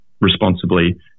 responsibly